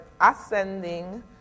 ascending